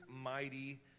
mighty